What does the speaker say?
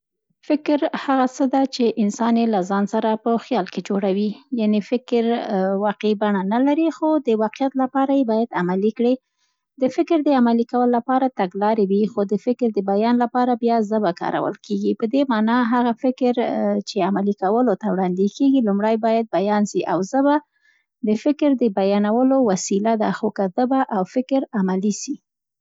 فکر هغه څه ده، چي انسان یې له ځان سره په خیال کې جوړوي، یعنې واقعي بڼه نه لري خو د واقعیت لپاره یې باید عملي کړې. د فکر د عملي کولو لپاره تګلارې وي خو د فکر د بیان لپاره بیا زبه کارول کېږي. په دې مانا، هغه فکر چې عملي کولو ته وړاندې کېږي، لومړی باید بیان سي او زبه د فکر د بیانولو وسیله ده، خو که زبه او فکرعملي سي.